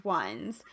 ones